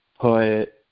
put